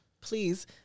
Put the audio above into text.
Please